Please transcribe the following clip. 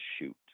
shoot